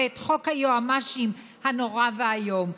את חוק היועמ"שים הנורא והאיום,